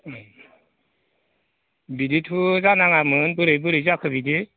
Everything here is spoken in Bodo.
बिदिथ' जानाङामोन बोरै बोरै जाखो बिदि